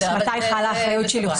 מתי חלה אחריות שילוחית.